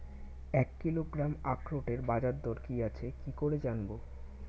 এক কিলোগ্রাম আখরোটের বাজারদর কি আছে কি করে জানবো?